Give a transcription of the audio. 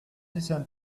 listen